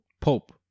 Pope